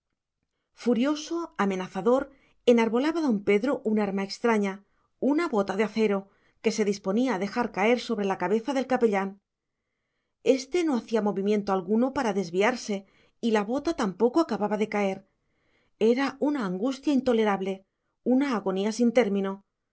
furioso amenazador enarbolaba don pedro un arma extraña una bota de acero que se disponía a dejar caer sobre la cabeza del capellán éste no hacía movimiento alguno para desviarse y la bota tampoco acababa de caer era una angustia intolerable una agonía sin término